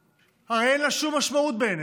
הרי אין לה שום משמעות בעיניך,